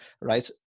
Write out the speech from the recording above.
right